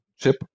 chip